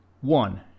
One